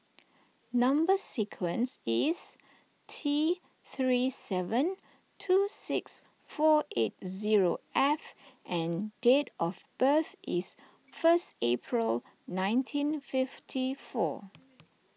Number Sequence is T three seven two six four eight zero F and date of birth is first April nineteen fifty four